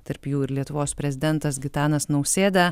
tarp jų ir lietuvos prezidentas gitanas nausėda